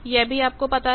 यह भी आपको पता है